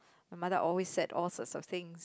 mother always said all such a things